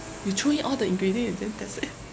you throw in all the ingredient and then that's it